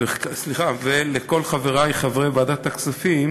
ולכל חברי חברי ועדת הכספים,